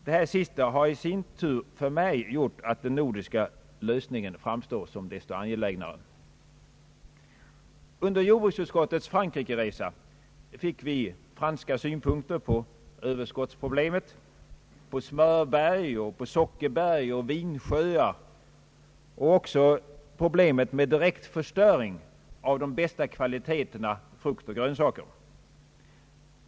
Detta sista har i sin tur gjort att den nordiska lösningen för mig framstår som desto angelägnare. Under jordbruksutskottets Frankrikeresa fick vi franska synpunkter på överskottsproblemet, på smörberg och Allmänpolitisk debatt sockerberg och vinsjöar och också problemet med direktförstöring av de bästa kvaliteterna frukt och grönsaker.